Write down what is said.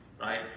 right